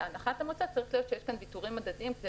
הנחת המוצא צריכה להיות שיש כאן ויתורים הדדיים כדי